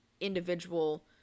individual